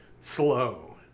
slow